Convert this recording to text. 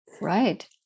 Right